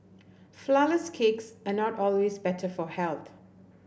flourless cakes are not always better for health